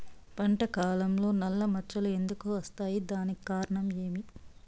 పంట కాలంలో నల్ల మచ్చలు ఎందుకు వస్తాయి? దానికి కారణం ఏమి?